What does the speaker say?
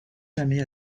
jamais